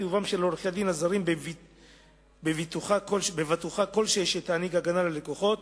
חיובם של עורכי-הדין הזרים בבטוחה כלשהי שתעניק הגנה ללקוחות,